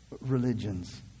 religions